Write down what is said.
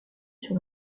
sur